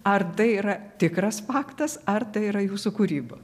ar tai yra tikras faktas ar tai yra jūsų kūryba